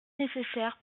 nécessaires